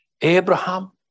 Abraham